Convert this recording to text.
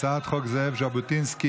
הצעת חוק זאב ז'בוטינסקי?